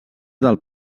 del